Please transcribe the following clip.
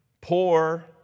poor